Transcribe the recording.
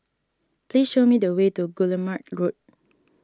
please show me the way to Guillemard Road